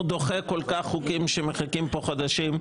כל כך דוחה את החוקים שמחכים פה חודשים,